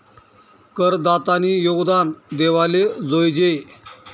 करदातानी योगदान देवाले जोयजे